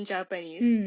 Japanese